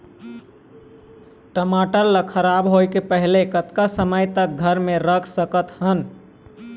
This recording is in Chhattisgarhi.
टमाटर ला खराब होय के पहले कतका समय तक घर मे रख सकत हन?